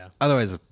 otherwise